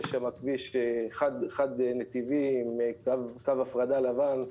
יש שם כביש חד נתיבי עם קו הפרדה לבן,